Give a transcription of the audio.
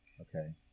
Okay